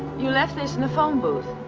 you left this in the phone booth.